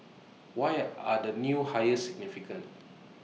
why are the new hires significant